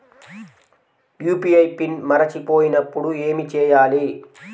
UPI pin మరచిపోయినప్పుడు ఏమి చేయాలి?